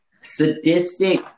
sadistic